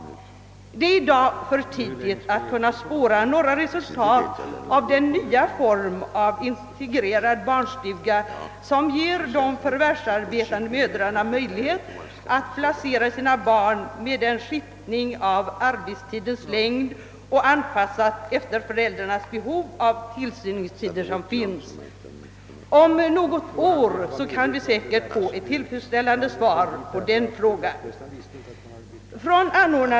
Det är i dag för tidigt att kunna spåra några resultat av den nya form av integrerad barnstuga, som ger de förvärvsarbetande mödrarna möjlighet att placera sina barn på dem. :Mödrarnas arbetstider skiftar, varför man måste försöka anpassa tillsyningstiderna efter de olika behov som föreligger. Om något år kan vi säkert få ett tillfredsställande svar på denna fråga.